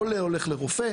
חולה, הולך לרופא.